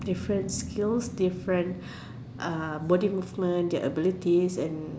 different skills different body movements their abilities and